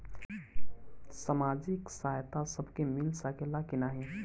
सामाजिक सहायता सबके मिल सकेला की नाहीं?